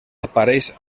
apareix